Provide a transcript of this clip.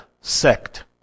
sect